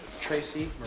Tracy